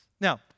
Now